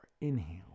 Inhale